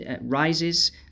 rises